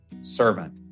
servant